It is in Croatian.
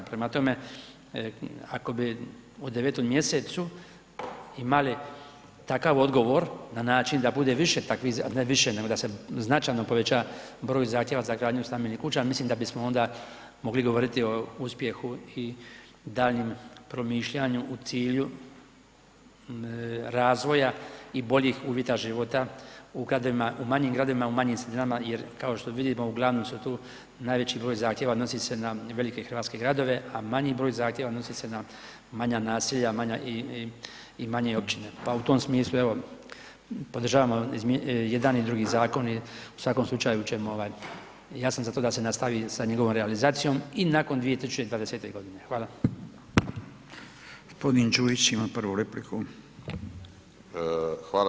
Prema tome, ako bi u 9. mjesecu imali takav odgovor na način da bude više takvih, da je više, nego da se značajno povećava broj zahtjeva za gradnju stambenih kuća, ja mislim da bismo onda mogli govoriti o uspjehu i daljnjem promišljanju u cilju razvoja i boljih uvjeta života u gradovima, u manjim gradovima i u manjim sredinama jer kao što vidimo uglavnom su tu, najveći broj zahtjeva odnosi se na velike hrvatske gradove, a manji broj zahtjeva odnosi se na manja naselja i manje općine, pa u tom smislu, evo podržavamo jedan i drugi zakon i u svakom slučaju ćemo, ja sam za to da se nastavi sa njegovom realizacijom i nakon 2020.g. Hvala.